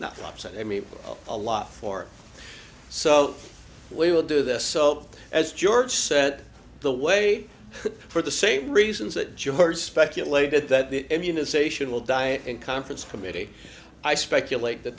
upset i mean a lot for so we will do this so as george said the way for the same reasons that george speculated that the immunisation will die in conference committee i speculate that